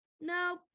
no